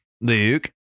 Luke